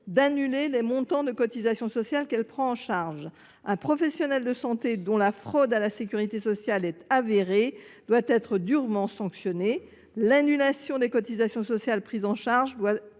d’annuler les montants de cotisations sociales pris en charge. Un professionnel de santé dont la fraude à la sécurité sociale est avérée doit être durement sanctionné. L’annulation des cotisations sociales prises en charge doit